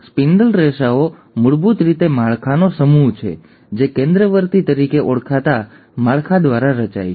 spindle રેસાઓ મૂળભૂત રીતે માળખાનો સમૂહ છે જે કેન્દ્રવર્તી તરીકે ઓળખાતા માળખા દ્વારા રચાય છે